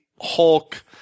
Hulk